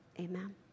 amen